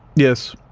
yes.